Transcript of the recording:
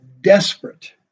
desperate